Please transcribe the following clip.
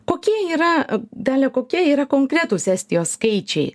kokia yra dalia kokie yra konkretūs estijos skaičiai